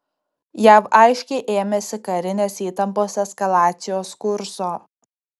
jav aiškiai ėmėsi karinės įtampos eskalacijos kurso